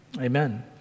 Amen